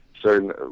certain